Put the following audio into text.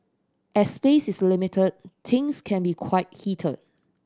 as space is limited things can be quite heated